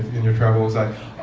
in your travels that,